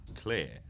clear